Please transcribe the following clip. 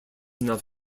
enough